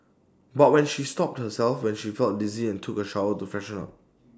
but when she stopped herself when she felt dizzy and took A shower to freshen up